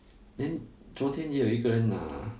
then 昨天也有一个人拿